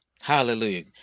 Hallelujah